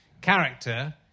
character